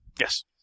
Yes